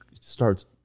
starts